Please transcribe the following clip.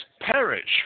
perish